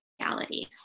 reality